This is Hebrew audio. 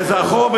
כזכור,